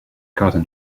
cotton